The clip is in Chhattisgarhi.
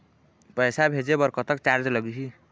पैसा भेजे बर कतक चार्ज लगही?